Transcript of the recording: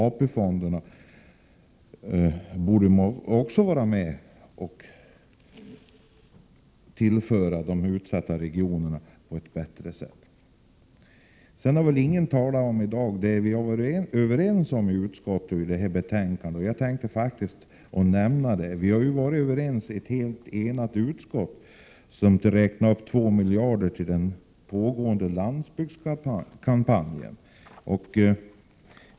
AP-fonderna borde också vara med och tillföra de utsatta regionerna resurser på ett bättre sätt. Ingen har i dag talat om det som vi har varit överens om i utskottet och som avspeglas i det föreliggande betänkandet. Jag tänker faktiskt nämna att vi ju i ett helt enigt utskott har varit överens om att anvisa 2 milj.kr. till den pågående landsbygdskampanjen.